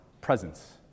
presence